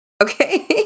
Okay